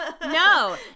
No